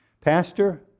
Pastor